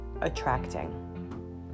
attracting